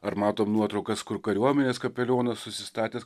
ar matom nuotraukas kur kariuomenės kapelionas susistatęs